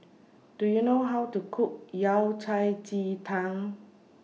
Do YOU know How to Cook Yao Cai Ji Tang